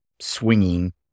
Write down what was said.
swinging